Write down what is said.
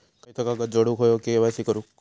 खयचो कागद जोडुक होयो के.वाय.सी करूक?